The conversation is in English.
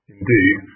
Indeed